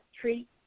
treat